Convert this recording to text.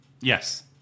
Yes